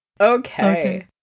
Okay